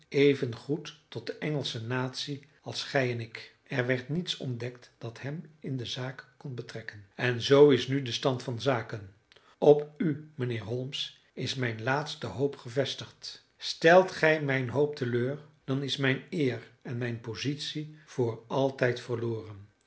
goed tot de engelsche natie als gij en ik er werd niets ontdekt dat hem in de zaak kon betrekken en zoo is nu de stand van zaken op u mijnheer holmes is mijn laatste hoop gevestigd stelt gij mijn hoop teleur dan is mijn eer en mijn positie voor altijd verloren